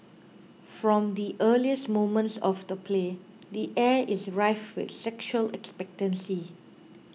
from the earliest moments of the play the air is rife with sexual expectancy